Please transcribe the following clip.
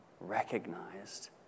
recognized